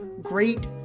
great